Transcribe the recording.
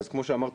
אז כמו שאמרתי,